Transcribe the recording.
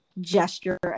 gesture